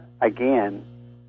again